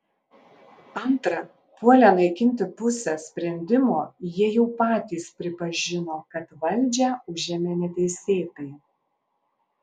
antra puolę naikinti pusę sprendimo jie jau patys pripažino kad valdžią užėmė neteisėtai